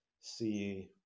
see